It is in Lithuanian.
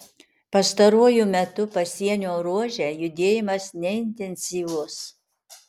pastaruoju metu pasienio ruože judėjimas neintensyvus